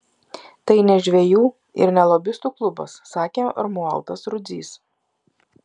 tai ne žvejų ir ne lobistų klubas sakė romualdas rudzys